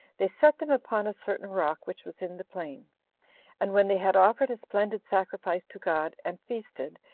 they set them upon a certain rock which was in the plain and when they had offered a splendid sacrifice to god, and feasted,